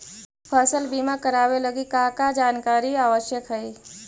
फसल बीमा करावे लगी का का जानकारी आवश्यक हइ?